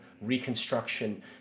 reconstruction